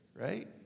right